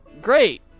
Great